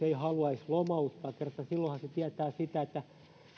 ei haluaisi lomauttaa kun kerta silloinhan se tietää sitä että